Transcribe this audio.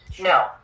No